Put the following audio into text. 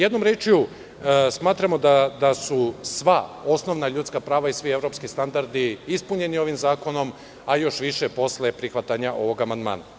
Jednom rečju, smatramo da su sva osnovna ljudska prava i svi evropski standardi ispunjeni ovim zakonom, a još više posle prihvatanja ovog amandmana.